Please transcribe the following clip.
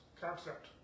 concept